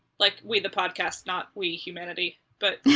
like, we the podcast, not we humanity, but.